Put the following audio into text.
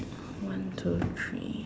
one two three